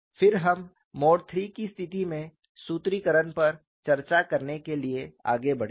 फिर हम mode III की स्थिति में सूत्रीकरण पर चर्चा करने के लिए आगे बढ़े